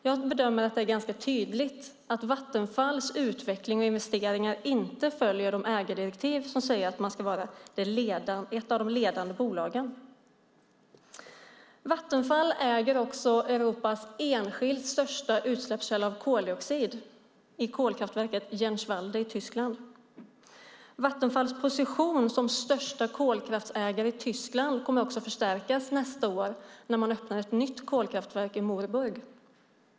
Jag bedömer att det är ganska tydligt att Vattenfalls utveckling och investeringar inte följer de ägardirektiv som säger att det ska vara ett av de ledande bolagen. Vattenfall äger också Europas enskilt största utsläppskälla av koldioxid i kolkraftverket Jänschwalde i Tyskland. Vattenfalls position som största kolkraftsägare i Tyskland kommer också att förstärkas nästa år när man öppnar ett nytt kolkraftverk i Moorburg.